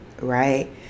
right